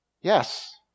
Yes